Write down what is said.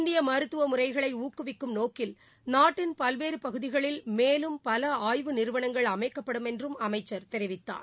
இந்திய மருத்துல முறைகளை ஊக்குவிக்கும் நோக்கில் நாட்டின் பல்வேறு பகுதிகளில் மேலும் பல ஆய்வு நிறுவனங்கள் அமைக்கப்படும் என்றும் அமைச்சர் தெரிவித்தார்